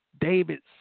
David's